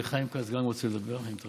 חיים כץ גם רוצה לדבר, אם תרשה לו.